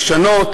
לשנות,